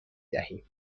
دهیم